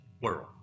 world